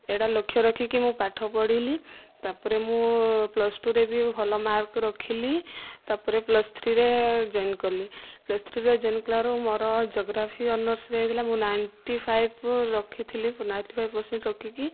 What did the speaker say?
ଏଟା ଲକ୍ଷ୍ୟ ରଖିକି ମୁଁ ପାଠ ପଢ଼ିଲି ତାପରେ ମୁଁ ପ୍ଲସ୍ ଟୁରେ ବି ଭଲ ମାର୍କ୍ ରଖିଲି ତାପରେ ପ୍ଲସ୍ ଥ୍ରୀରେ ଜଏନ୍ କଲି ପ୍ଲସ୍ ଥ୍ରୀରେ ଜଏନ୍ କଲାରୁ ମୋର ଜୋଗ୍ରାଫି ଅନର୍ସ୍ ନେଇଥିଲା ମୁଁ ନାଇଣ୍ଟି ଫାଇଭ ରଖିଥିଲି ନାଇଣ୍ଟି ଫାଇଭ ପେରସେଣ୍ଟ ରଖିକି